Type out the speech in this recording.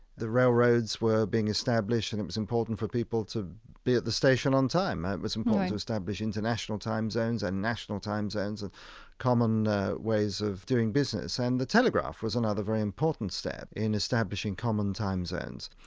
the railroads were being established, and it was important for people to be at the station on time. and it was important to establish international time zones and national time zones of common ways of doing business. and the telegraph was another very important step in establishing common time zones.